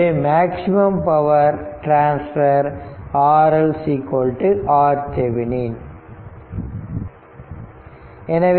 எனவே maximum power transfer RL RThevenin